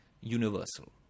universal